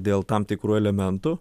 dėl tam tikrų elementų